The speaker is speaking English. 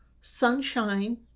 sunshine